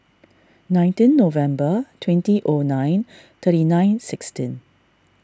nineteen November twenty O nine thirty nine sixteen